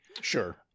Sure